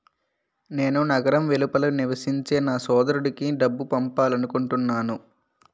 నేను నగరం వెలుపల నివసించే నా సోదరుడికి డబ్బు పంపాలనుకుంటున్నాను